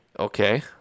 okay